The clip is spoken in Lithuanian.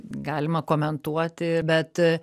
galima komentuoti bet